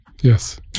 Yes